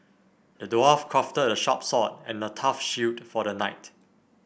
the dwarf crafted a sharp sword and a tough shield for the knight